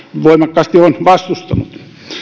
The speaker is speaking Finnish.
voimakkaasti olen vastustanut